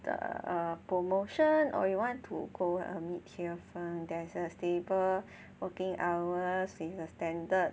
the promotion or you want to go err mid tier firm there's a stable working hours with a standard